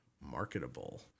marketable